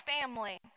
family